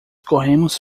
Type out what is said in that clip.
corremos